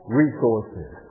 resources